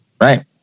right